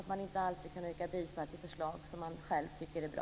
Man kan inte alltid yrka bifall till förslag som man själv tycker är bra.